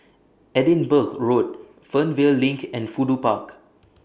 Edinburgh Road Fernvale LINK and Fudu Park